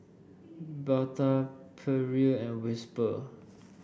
Bata Perrier and Whisper